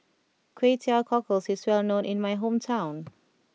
Kway Teow Cockles is well known in my hometown